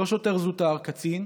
לא שוטר זוטר, קצין,